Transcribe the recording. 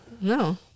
No